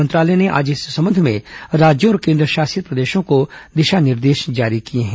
मंत्रालय ने आज इस संबंध में राज्यों और केन्द्रशासित प्रदेशों को दिशा निर्देश जारी किए हैं